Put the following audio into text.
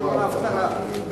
שיעור האבטלה, שיעור האבטלה.